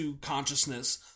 consciousness